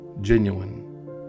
genuine